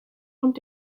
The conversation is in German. und